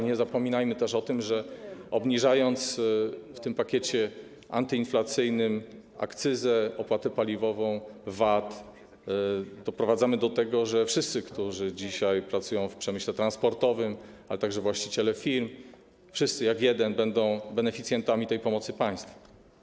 Nie zapominajmy też o tym, że obniżając w tym pakiecie antyinflacyjnym akcyzę, opłatę paliwową, VAT, doprowadzamy do tego, że wszyscy, którzy dzisiaj pracują w przemyśle transportowym, ale także właściciele firm, wszyscy, będą beneficjentami tej pomocy państwa.